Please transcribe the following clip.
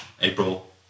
April